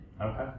Okay